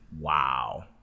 Wow